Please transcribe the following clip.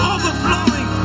overflowing